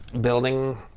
building